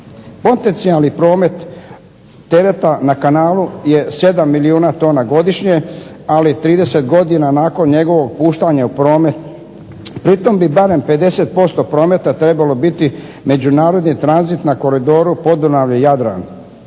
Potencijalni promet tereta na kanalu je 7 milijuna tona godišnje, ali 30 godina nakon njegovog puštanja u promet, pri tome bi barem 50% prometa trebalo biti međunarodni tranzit na Koridoru Podunavlje-Jadran,